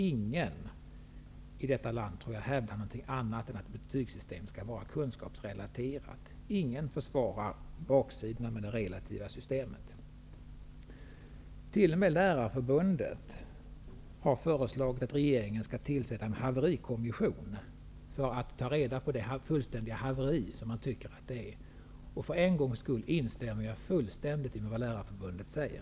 Jag tror inte att någon i detta land hävdar något annat än att betygsystemet skall vara kunskapsrelaterat. Det finns ingen som försvarar baksidorna med det relativa systemet. T.o.m. Lärarförbundet har föreslagit att regeringen skall tillsätta en haverikommission för att reda ut det fullständiga haveri som man tycker att det har blivit. För en gångs skull instämmer jag helt och hållet i vad Lärarförbundet säger.